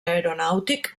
aeronàutic